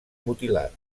mutilat